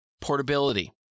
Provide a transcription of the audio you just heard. Portability